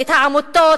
את העמותות,